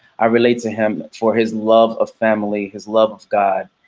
i relate to him for his love of family, his love of god.